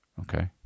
Okay